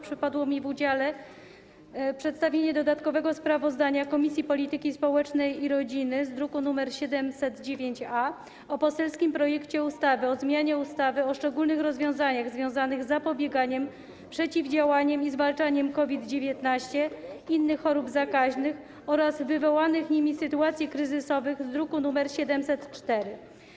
Przypadło mi w udziale przedstawienie dodatkowego sprawozdania Komisji Polityki Społecznej i Rodziny z druku nr 709-A o poselskim projekcie ustawy o zmianie ustawy o szczególnych rozwiązaniach związanych z zapobieganiem, przeciwdziałaniem i zwalczaniem COVID-19, innych chorób zakaźnych oraz wywołanych nimi sytuacji kryzysowych, druk nr 704.